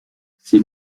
ces